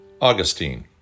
Augustine